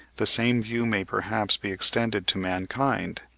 the same view may perhaps be extended to mankind,